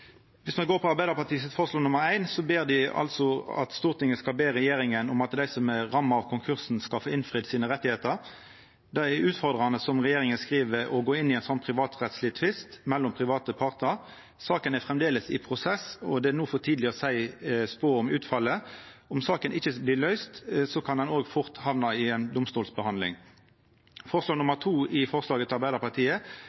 ber Stortinget regjeringa om å bidra til at dei som er ramma av konkursen, skal få innfridd rettane sine. Det er utfordrande, som regjeringa skriv, å gå inn i ein privatrettsleg tvist mellom private partar. Saka er framleis i prosess, og det er no for tidleg å spå om utfallet. Om saka ikkje blir løyst, kan ein fort hamna i ei domstolsbehandling.